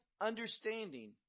understanding